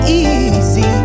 easy